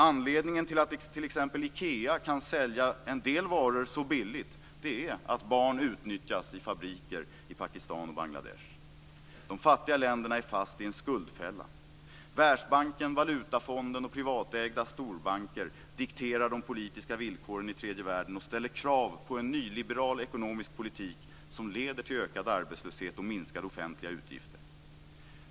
Anledningen till att t.ex. Ikea kan sälja en del varor så billigt är att barn utnyttjas i fabriker i Pakistan och Bangladesh. De fattiga länderna är fast i en skuldfälla. Världsbanken, Valutafonden och privatägda storbanker dikterar de politiska villkoren i tredje världen och ställer krav på en nyliberal ekonomisk politik som leder till ökad arbetslöshet och minskade offentliga utgifter.